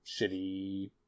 shitty